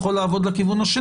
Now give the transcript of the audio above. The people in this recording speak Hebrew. הבוקר.